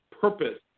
purpose